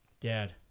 Dad